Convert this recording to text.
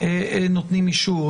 נותנים אישור?